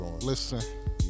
Listen